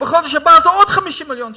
בחודש הבא זה יהיה עוד 50 מיליון שקל.